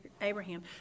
Abraham